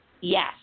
Yes